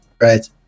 right